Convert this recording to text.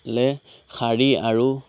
লে শাৰী আৰু